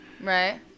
Right